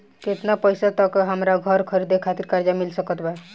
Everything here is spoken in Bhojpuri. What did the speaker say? केतना पईसा तक हमरा घर खरीदे खातिर कर्जा मिल सकत बा?